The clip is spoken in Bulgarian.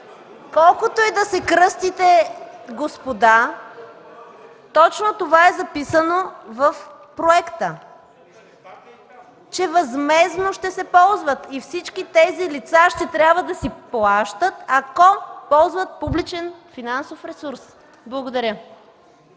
Колкото и да се кръстите, господа, точно това е записано в проекта – че възмездно ще се ползват. И всички тези лица ще трябва да си плащат, ако ползват публичен финансов ресурс. Благодаря.